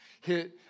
hit